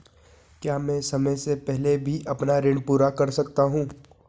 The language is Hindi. क्या मैं समय से पहले भी अपना ऋण पूरा कर सकता हूँ?